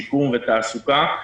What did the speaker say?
שיקום ותעסוקה.